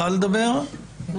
מציעה שיהיה